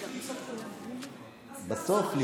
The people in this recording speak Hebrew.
בסוף,